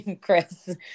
Chris